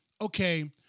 okay